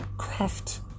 Craft